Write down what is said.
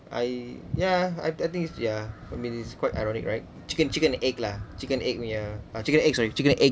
I yeah I I think it's yeah I mean it's quite ironic right chicken chicken egg lah chicken egg punya uh chicken egg sorry chicken egg